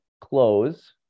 close